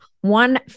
One